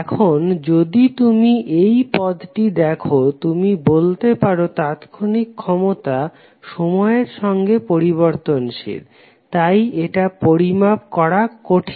এখন যদি তুমি এই পদটি দেখো তুমি বলতে পারো তাৎক্ষণিক ক্ষমতা সময়ের সঙ্গে পরিবর্তনশীল তাই এটা পরিমাপ করা কঠিন